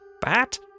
Bat